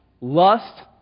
lust